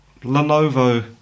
Lenovo